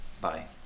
Bye